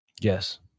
Yes